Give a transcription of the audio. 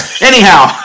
Anyhow